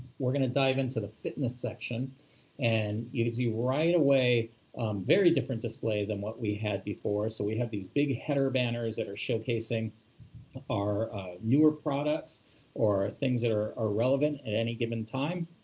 we're going to dive into the fitness section and you can see right away very different display than what we had before. so we have these big header banners that are showcasing our newer products or things that are relevant at any given time.